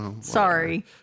Sorry